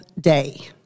day